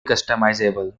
customizable